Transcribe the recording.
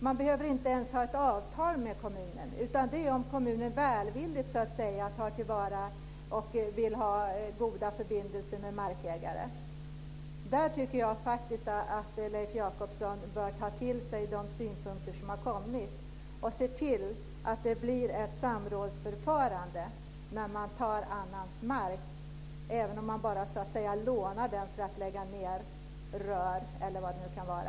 Man behöver inte ens ha ett avtal med kommunen, utan det får man bara om kommunen välvilligt tar till vara förbindelserna med markägarna och vill ha goda sådana. Jag tycker att Leif Jakobsson bör ta till sig de synpunkter som har kommit fram, och se till att det blir ett samrådsförfarande när man tar annans mark, även om man bara lånar den för att lägga ned rör eller vad det nu kan vara.